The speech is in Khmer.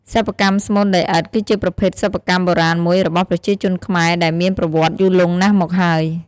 សិប្បកម្មស្មូនដីឥដ្ឋ គឺជាប្រភេទសិប្បកម្មបុរាណមួយរបស់ប្រជាជនខ្មែរដែលមានប្រវត្តិយូរលង់ណាស់មកហើយ។